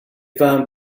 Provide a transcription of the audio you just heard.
found